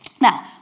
Now